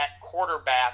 quarterback